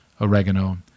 oregano